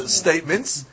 statements